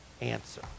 answer